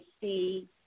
see